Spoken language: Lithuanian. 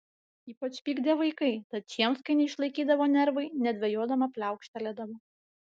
ypač pykdė vaikai tad šiems kai neišlaikydavo nervai nedvejodama pliaukštelėdavo